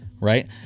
Right